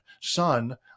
son